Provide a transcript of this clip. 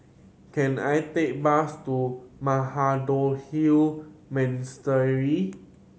can I take a bus to Mahabodhi